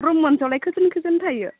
room मोनसेयावलाय खैजोन खैजोन थायो